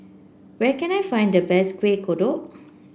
where can I find the best Kueh Kodok